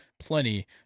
plenty